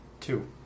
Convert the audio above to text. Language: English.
Two